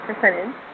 percentage